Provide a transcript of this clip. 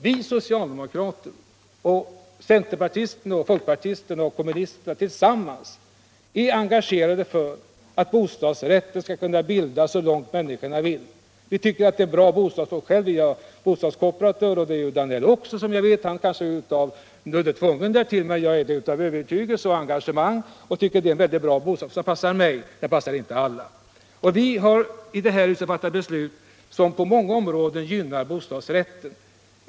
Vi socialdemokrater, centerpartisterna, folkpartisterna och kommunisterna tillsammans är engagerade för att bostadsrättsföreningar skall kunna bildas så långt människor vill. Vi tycker att lägenhet med bostadsrätt är en bra bostadsform. Jag är själv bostadskooperatör, och det är herr Danell också, såvitt jag vet —- även om han kanske är nödd och tvungen därtill medan jag är det av övertygelse. Lägenhet med bostadsrätt är en bostadsform som passar mig, men den passar inte alla. Vi har i det här huset fattat beslut som på många områden gynnar bostadsrätten.